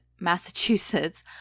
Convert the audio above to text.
Massachusetts